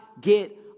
get